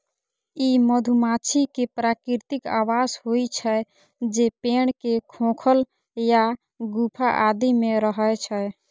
ई मधुमाछी के प्राकृतिक आवास होइ छै, जे पेड़ के खोखल या गुफा आदि मे रहै छै